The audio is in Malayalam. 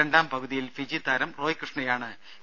രണ്ടാം പകുതിയിൽ ഫിജി താരം റോയ് കൃഷ്ണയാണ് എ